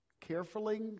carefully